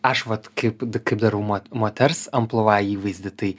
aš vat kaip kaip darau mo moters amplua įvaizdį tai